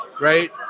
right